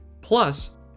Plus